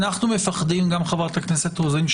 אנו פוחדים, חברת הכנסת רוזין,